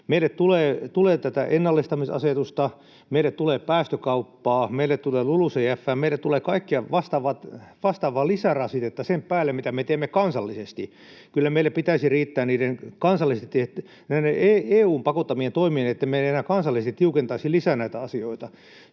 meille tulee LULUCF:ää, meille tulee kaikkea vastaavaa lisärasitetta sen päälle, mitä me teemme kansallisesti. Kyllä meille pitäisi riittää ne EU:n pakottamat toimet, niin ettemme enää kansallisesti tiukentaisi lisää näitä asioita.